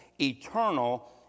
eternal